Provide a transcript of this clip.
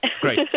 great